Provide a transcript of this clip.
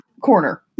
corner